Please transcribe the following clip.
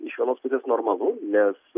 iš vienos pusės normalu nes